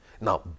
Now